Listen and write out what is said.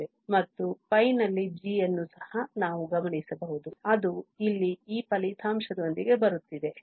ಮತ್ತು π ನಲ್ಲಿ g ಅನ್ನು ಸಹ ನಾವು ಗಮನಿಸಬಹುದು ಅದು ಇಲ್ಲಿ ಈ ಫಲಿತಾಂಶದೊಂದಿಗೆ ಬರುತ್ತಿದೆ ftdt